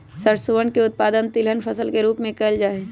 सरसोवन के उत्पादन तिलहन फसल के रूप में कइल जाहई